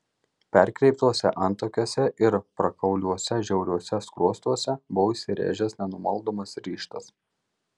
perkreiptuose antakiuose ir prakauliuose žiauriuose skruostuose buvo įsirėžęs nenumaldomas ryžtas